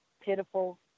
pitiful